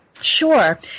Sure